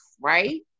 right